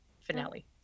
finale